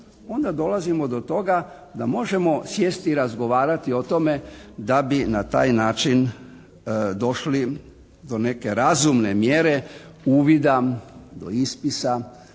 onda dolazimo do toga da možemo sjesti i razgovarati o tome da bi na taj način došli do neke razumne mjere uvida, do ispisa